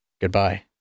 Goodbye